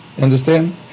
understand